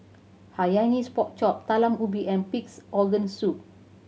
Hainanese Pork Chop Talam Ubi and Pig's Organ Soup